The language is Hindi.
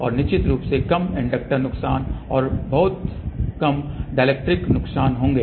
और निश्चित रूप से कम कंडक्टर नुकसान और बहुत कम डायएलेक्ट्रिस नुकसान होंगे